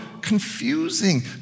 confusing